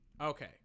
Okay